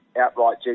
outright